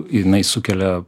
jinai sukelia